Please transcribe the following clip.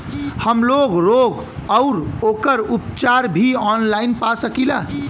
हमलोग रोग अउर ओकर उपचार भी ऑनलाइन पा सकीला?